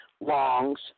longs